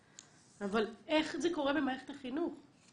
אבל איך זה קורה במערכת החינוך?